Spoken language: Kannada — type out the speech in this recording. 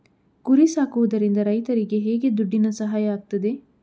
ಕುರಿ ಸಾಕುವುದರಿಂದ ರೈತರಿಗೆ ಹೇಗೆ ದುಡ್ಡಿನ ಸಹಾಯ ಆಗ್ತದೆ?